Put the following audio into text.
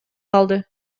калды